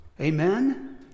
amen